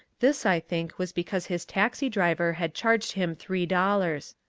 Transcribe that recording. this, i think, was because his taxi driver had charged him three dollars.